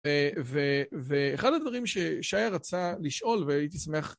ואחד הדברים ששי רצה לשאול והייתי שמח